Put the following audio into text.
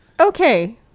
Okay